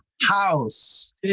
house